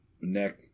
neck